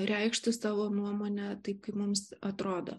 reikšti savo nuomonę taip kaip mums atrodo